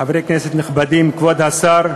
חברי כנסת נכבדים, כבוד השר,